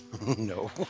no